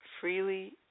freely